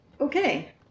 Okay